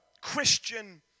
Christian